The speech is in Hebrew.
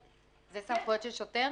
זה סמכויות של שוטר?